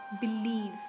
believe